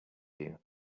you